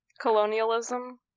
Colonialism